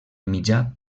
mitjà